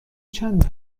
چند